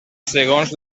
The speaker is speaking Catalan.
segons